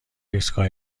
ایستگاه